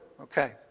Okay